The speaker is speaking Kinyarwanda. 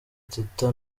teta